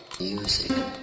Music